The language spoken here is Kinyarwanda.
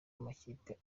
amakipe